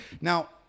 Now